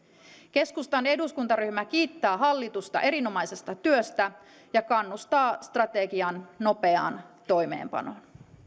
keskustan eduskuntaryhmä kiittää hallitusta erinomaisesta työstä ja kannustaa strategian nopeaan toimeenpanoon